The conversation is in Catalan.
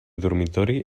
dormitori